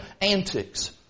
antics